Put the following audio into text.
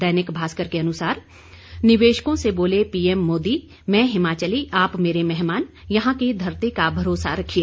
दैनिक भास्कर के अनुसार निवेशकों से बोले पीएम मोदी मैं हिमाचली आप मेरे मेहमान यहां की धरती का भरोसा रखिए